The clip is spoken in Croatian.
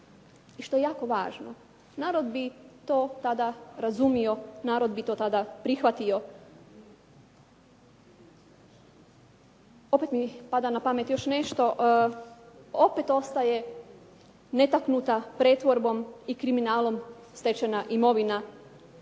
što je jako važno. Narod bi to tada razumio, narod bi to tada prihvatio. Opet mi pada na pamet još nešto, opet ostaje netaknuta pretvorbom i kriminalom stečena imovina,